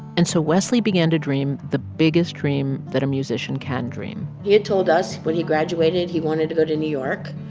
and so wesley began to dream the biggest dream that a musician can dream he had told us when he graduated, he wanted to go to new york,